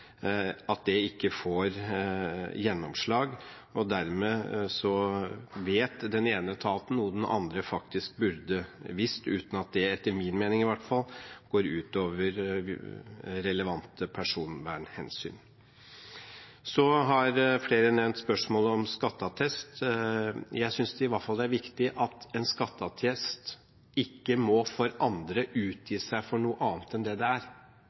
det – ikke får gjennomslag. Dermed vet den ene etaten noe den andre faktisk burde visst, uten at det – etter min mening, i hvert fall – går ut over relevante personvernhensyn. Så har flere nevnt spørsmålet om skatteattest. Jeg synes det i hvert fall er viktig at en skatteattest for andre ikke må utgi seg for noe annet enn det den er. For det er